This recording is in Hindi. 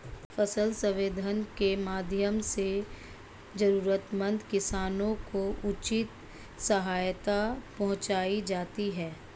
फसल सर्वेक्षण के माध्यम से जरूरतमंद किसानों को उचित सहायता पहुंचायी जाती है